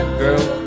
girl